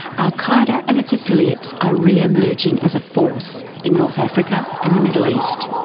al qaeda and its affiliates are remerging as a force in north africa and the middle east.